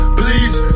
please